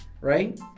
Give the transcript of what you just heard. right